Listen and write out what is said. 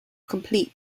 complete